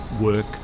work